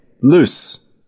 Loose